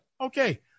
Okay